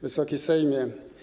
Wysoki Sejmie!